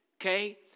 okay